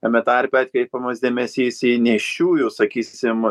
tame tarpe atkreipiamas dėmesys į nėščiųjų sakysim